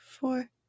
four